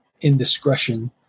indiscretion